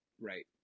right